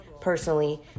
personally